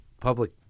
public